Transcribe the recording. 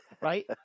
right